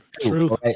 true